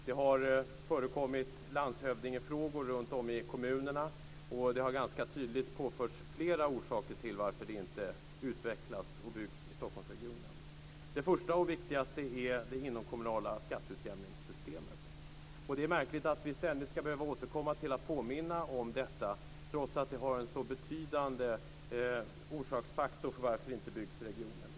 Det har ställts frågor till landshövdingen runtom i kommunerna, och det har påförts flera orsaker till varför det inte utvecklas och byggs i Stockholmsregionen. Den största och viktigaste orsaken är det inomkommunala skatteutjämningssystemet. Det är märkligt att vi ständigt ska behöva återkomma till att påminna om detta, trots att det är en så betydande orsak till varför det inte byggs i regionen.